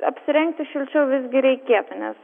apsirengti šilčiau visgi reikėtų nes